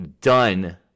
done